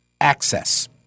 access